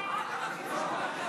1